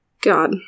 god